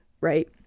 right